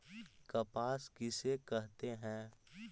कपास किसे कहते हैं?